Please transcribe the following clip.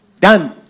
Done